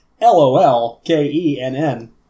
L-O-L-K-E-N-N